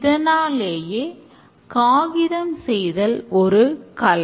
இதனாலேயே காகிதம் செய்தல் ஒரு கலை